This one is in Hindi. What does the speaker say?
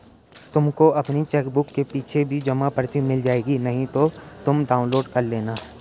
तुमको अपनी चेकबुक के पीछे भी जमा पर्ची मिल जाएगी नहीं तो तुम डाउनलोड कर लेना